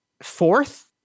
fourth